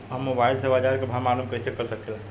हम मोबाइल से बाजार के भाव मालूम कइसे कर सकीला?